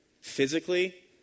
physically